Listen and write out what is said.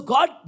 God